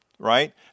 Right